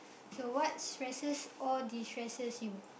so what stresses or distresses you